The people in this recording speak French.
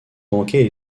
banquet